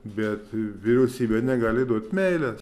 bet vyriausybė negali duot meilės